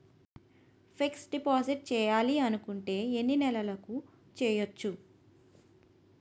Fixed deposit చేయాలి అనుకుంటే ఎన్నే నెలలకు చేయొచ్చు?